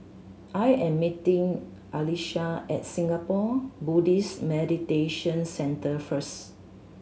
I am meeting Alysha at Singapore Buddhist Meditation Centre first